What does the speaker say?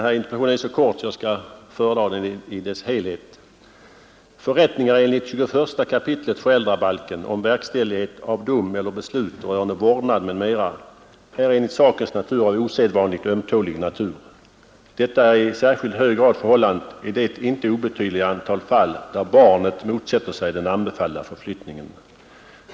Fru talman! Förrättningar enligt 21 kap. föräldrabalken om verkställighet av dom eller beslut rörande vårdnad m.m. är enligt sakens natur av osedvanligt ömtålig natur. Detta är i särskilt hög grad förhållandet i det inte obetydliga antal fall där barnet motsätter sig den anbefallda förflyttningen.